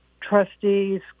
trustees